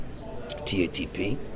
TATP